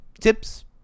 tips